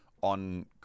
on